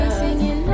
singing